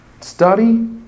study